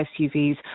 SUVs